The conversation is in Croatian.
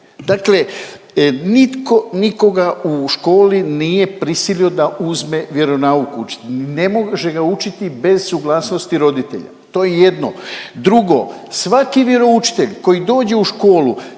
Dakle nitko nikoga u školi nije prisilio da uzme vjeronauk učit, ne može ga učiti bez suglasnosti roditelja, to je jedno. Drugo, svaki vjeroučitelj koji dođe u školu,